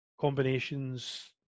combinations